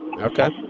Okay